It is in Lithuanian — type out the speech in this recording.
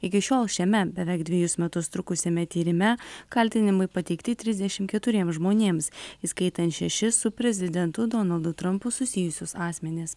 iki šiol šiame beveik dvejus metus trukusiame tyrime kaltinimai pateikti trisdešimt keturiems žmonėms įskaitant šešis su prezidentu donaldu trampu susijusius asmenis